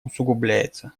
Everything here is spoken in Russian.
усугубляется